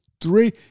three